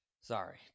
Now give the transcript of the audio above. Sorry